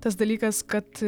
tas dalykas kad